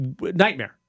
nightmare